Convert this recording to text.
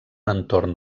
entorn